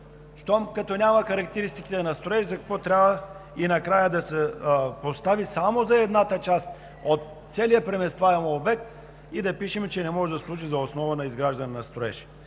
Щом като няма характеристиките на строеж, за какво трябва и на края да се постави само за едната част от целия преместваем обект и да пишем, че не може да служи за основа на изграждане на строеж?